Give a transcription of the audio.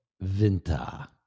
Vinta